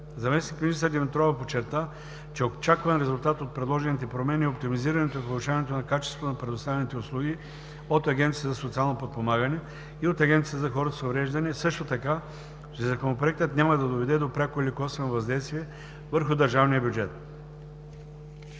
Заместник-министър Димитрова подчерта, че очакван резултат от предложените промени е оптимизирането и повишаването на качеството на предоставяните услуги от Агенцията за социално подпомагане и от Агенцията за хората с увреждания, също така, че Законопроектът няма да доведе до пряко или косвено въздействие върху държавния бюджет.